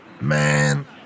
man